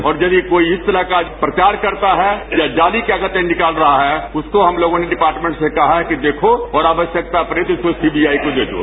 और यदि कोई इस तरह का प्रचार करता है या जाली क्या कहते हैं निकाल रहा है उसको हम लोगों ने डिपार्टमेंट से कहा है कि देखो और आवश्यकता पड़ी तो इसको सीबीआई को दे दो